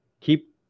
keep